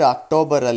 October